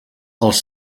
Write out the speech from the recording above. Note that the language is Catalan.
els